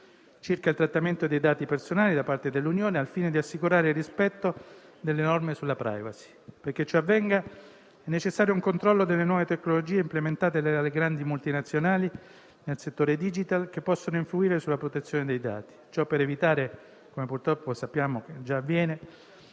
circa il trattamento dei dati personali da parte dell'Unione, al fine di assicurare il rispetto delle norme sulla *privacy.* Perché ciò avvenga è necessario un controllo delle nuove tecnologie implementate dalle grandi multinazionali nel settore *digital*, che possono influire sulla protezione dei dati. Ciò per evitare, come purtroppo sappiamo già avviene,